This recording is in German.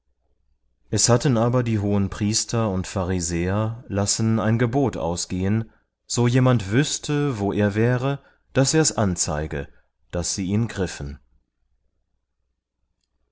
es hatten aber die hohenpriester und pharisäer lassen ein gebot ausgehen so jemand wüßte wo er wäre daß er's anzeige daß sie ihn griffen